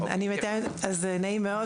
אז נעים מאוד,